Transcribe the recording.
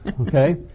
okay